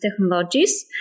technologies